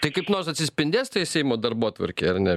tai kaip nors atsispindės tai seimo darbotvarkėj ar ne